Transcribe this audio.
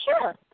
sure